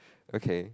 okay